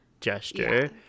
gesture